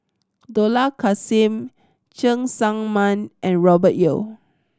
Dollah Kassim Cheng Tsang Man and Robert Yeo